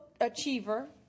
Achiever